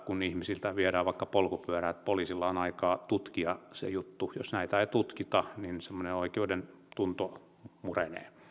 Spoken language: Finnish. kun ihmisiltä viedään vaikka polkupyörä niin poliisilla olisi aikaa tutkia se juttu jos näitä ei tutkita semmoinen oikeudentunto murenee